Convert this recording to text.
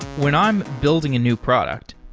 when i'm building a new product,